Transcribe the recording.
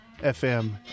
FM